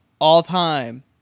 all-time